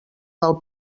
del